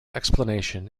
explanation